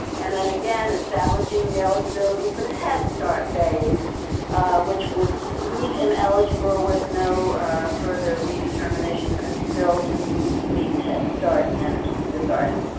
and then again establishing the eligibility for the head start phase which would leave him eligible with no further redeterminations until he leaves head start and enters kindergarten.